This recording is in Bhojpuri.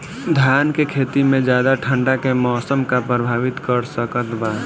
धान के खेती में ज्यादा ठंडा के मौसम का प्रभावित कर सकता बा?